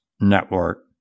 network